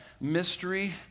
mystery